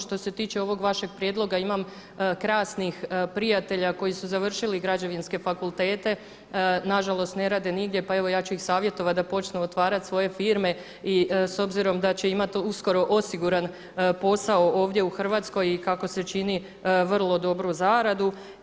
Što se tiče ovog vašeg prijedloga imam krasnih prijatelja koji su završili građevinske fakultete, nažalost ne rade nigdje pa evo ja ću ih savjetovati da počnu otvarati svoje firme i s obzirom da će imati uskoro osiguran posao ovdje u Hrvatskoj i kako se čini vrlo dobru zaradu.